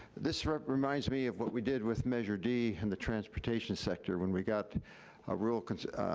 this group reminds me of what we did with measure d in the transportation sector when we got a real